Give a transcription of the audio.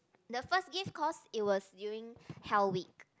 the first gift cause it was during hell week